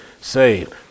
saved